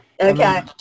Okay